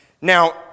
now